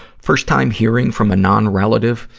first time hearing from a non-relative,